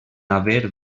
haver